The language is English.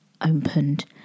opened